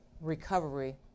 recovery